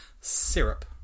syrup